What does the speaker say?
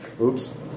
Oops